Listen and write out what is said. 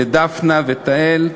לדפנה ותהל,